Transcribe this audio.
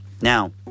now